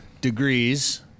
degrees